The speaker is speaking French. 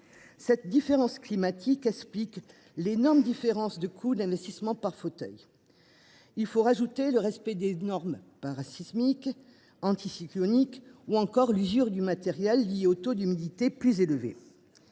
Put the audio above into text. Cette différence climatique explique l'énorme différence de coûts d'investissement par fauteuil. Il faut rajouter le respect des normes para-sismiques anticyclonique ou encore l'usure du matériel lié au taux d'humidité. Des plus élevés.